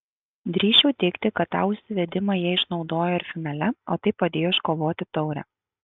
drįsčiau teigti kad tą užsivedimą jie išnaudojo ir finale o tai padėjo iškovoti taurę